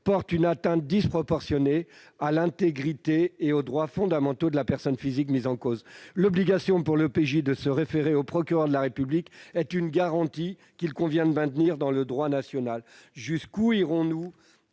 porte une atteinte disproportionnée à l'intégrité et aux droits fondamentaux de la personne physique mise en cause. L'obligation pour l'OPJ de se référer au procureur de la République est une garantie qu'il convient de maintenir dans le droit national. Jusqu'où irons-nous